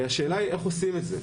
והשאלה איך עושים את זה.